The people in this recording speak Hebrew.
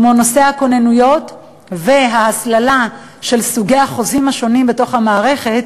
כמו נושא הכוננויות וההסללה לסוגי החוזים השונים בתוך המערכת,